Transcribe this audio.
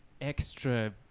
extra